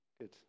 Good